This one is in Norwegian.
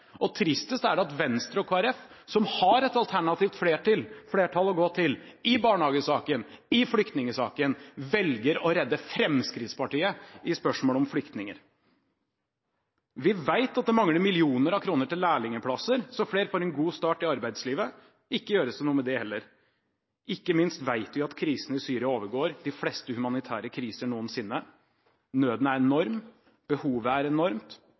og tristest er det at Venstre og Kristelig Folkeparti, som har et alternativt flertall å gå til – i barnehagesaken, i flyktningsaken – velger å redde Fremskrittspartiet i spørsmålet om flyktninger. Vi vet at det mangler millioner av kroner til lærlingplasser, så flere får en god start i arbeidslivet – heller ikke det gjøres det noe med – ikke minst vet vi at krisen i Syria overgår de fleste humanitære kriser noensinne, nøden er enorm, behovet er enormt,